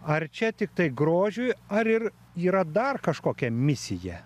ar čia tiktai grožiui ar ir yra dar kažkokia misija